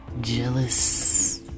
jealous